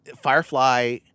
Firefly